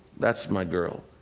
that's my girl!